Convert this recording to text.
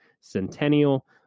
Centennial